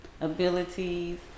abilities